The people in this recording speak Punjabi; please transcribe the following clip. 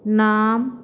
ਨਾਮ